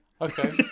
Okay